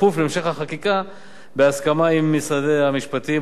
כפוף בהמשך החקיקה להסכמה עם משרדי המשפטים,